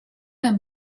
and